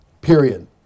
Period